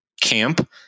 camp